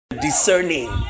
Discerning